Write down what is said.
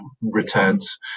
returns